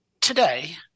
today